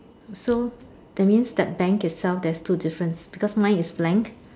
so that means the bank itself there's two difference because mine is blank